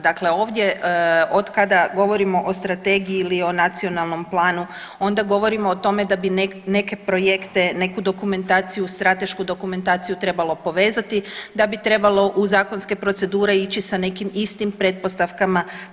Dakle, ovdje od kada govorimo o strategiji ili o nacionalnom planu onda govorimo o tome da bi neke projekte, neku dokumentaciju, stratešku dokumentaciju trebalo povezati, da bi trebalo u zakonske procedure ići sa nekim istim pretpostavkama.